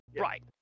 Right